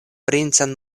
princan